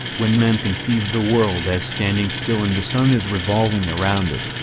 when men conceived the world as standing still and the sun as revolving around it,